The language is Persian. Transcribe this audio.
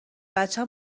بچه